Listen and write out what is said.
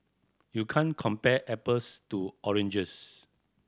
you can't compare apples to oranges